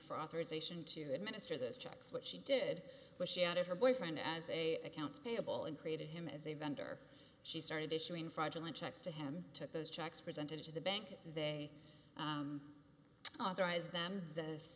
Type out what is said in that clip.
for authorization to administer those checks what she did was she out of her boyfriend as a accounts payable in created him as a vendor she started issuing fraudulent checks to him took those checks presented to the bank they authorized them that as